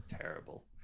terrible